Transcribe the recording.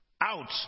out